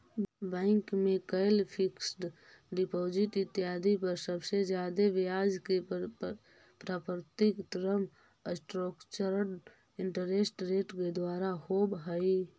bank में कैल fixed deposit इत्यादि पर सबसे जादे ब्याज के प्राप्ति टर्म स्ट्रक्चर्ड इंटरेस्ट रेट के द्वारा होवऽ हई